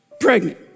pregnant